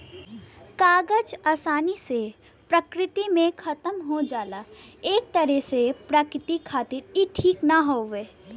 कागज आसानी से प्रकृति में खतम हो जाला एक तरे से प्रकृति खातिर इ ठीक भी हौ